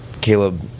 caleb